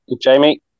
Jamie